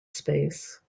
space